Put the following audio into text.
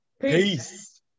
Peace